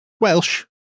Welsh